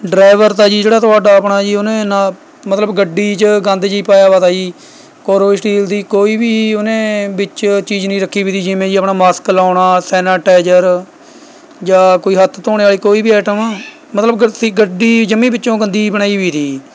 driver ਤਾ ਜੀ ਜਿਹੜਾ ਤੁਹਾਡਾ ਆਪਣਾ ਜੀ ਉਹਨੇ ਨਾ ਮਤਲਬ ਗੱਡੀ 'ਚ ਗੰਦ ਜੀ ਪਾਇਆ ਵਾ ਤਾ ਜੀ ਕਰੋਸਟੀਲ ਦੀ ਕੋਈ ਵੀ ਉਹਨੇ ਵਿੱਚ ਚੀਜ਼ ਨਹੀਂ ਰੱਖੀ ਵੀ ਤੀ ਜਿਵੇਂ ਜੀ ਆਪਣਾ ਮਾਸਕ ਲਾਉਣਾ ਸੇਨਾਟਾਈਜਰ ਜਾਂ ਕੋਈ ਹੱਥ ਧੋਣੇ ਵਾਲੀ ਕੋਈ ਵੀ ਐਟਮ ਮਤਲਬ ਗੱਡੀ ਜਮੀਂ ਵਿੱਚੋਂ ਗੰਦੀ ਜਿਹੀ ਬਣਾਈ ਵੀ ਤੀ ਜੀ